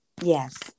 yes